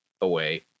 away